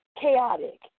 chaotic